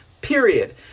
period